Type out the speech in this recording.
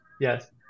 yes